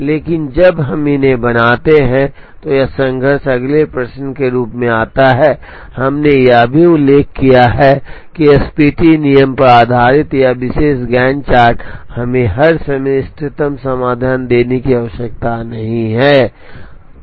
लेकिन जब हम इन्हें बनाते हैं तो यह संघर्ष अगले प्रश्न के रूप में आता है हमने यह भी उल्लेख किया है कि एसपीटी नियम पर आधारित यह विशेष गैंट चार्ट हमें हर समय इष्टतम समाधान देने की आवश्यकता नहीं है